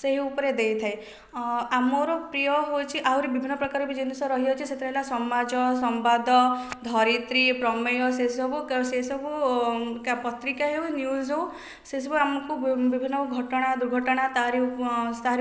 ସେହି ଉପରେ ଦେଇଥାଏ ଆଉ ମୋର ପ୍ରିୟ ହେଉଛି ଆହୁରି ବିଭିନ୍ନପ୍ରକାର ବି ଜିନିଷ ରହିଅଛି ସେଥିରେ ହେଲା ସମାଜ ସମ୍ବାଦ ଧରିତ୍ରୀ ପ୍ରମେୟ ସେସବୁ ସେସବୁ ପତ୍ରିକା ହେଉ ନ୍ୟୁଜ୍ ହେଉ ସେସବୁ ଆମକୁ ବିଭିନ୍ନ ଘଟଣା ଦୁର୍ଘଟଣା ତାହାରି